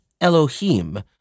Elohim